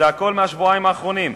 הכול מהשבועיים האחרונים.